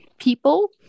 people